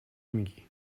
میگیی